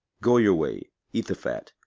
go your way, eat the fat,